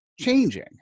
changing